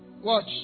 Watch